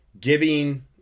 Giving